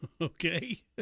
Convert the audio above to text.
Okay